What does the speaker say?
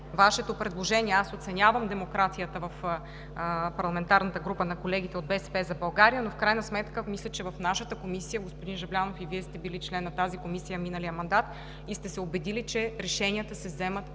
Вашето предложение. Аз оценявам демокрацията на колегите в парламентарната група на „БСП за България“, но в крайна сметка мисля, че в нашата комисия – господин Жаблянов, и Вие сте били член на тази комисия миналия мандат, сте се убедили, че решенията се вземат